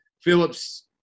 Phillips